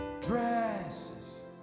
dresses